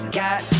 got